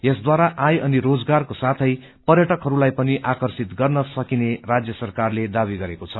यसद्वारा आय अनि रोजगार साौँ पर्यटकहरूलाई पनि आकप्रित गर्न सकिने राज्य सरकारले दावी गरेको छ